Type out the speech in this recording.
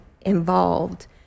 involved